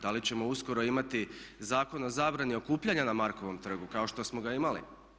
Da li ćemo uskoro imati Zakon o zabrani okupljanja na Markovom trgu kao što smo ga imali?